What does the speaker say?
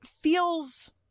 feels